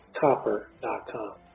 copper.com